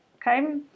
okay